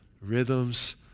rhythms